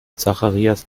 zacharias